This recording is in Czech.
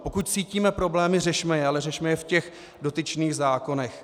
Pokud cítíme problémy, řešme je, ale řešme je v těch dotyčných zákonech.